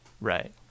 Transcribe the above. right